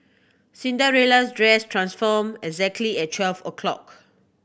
Cinderella's dress transformed exactly at twelve o'clock